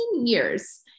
years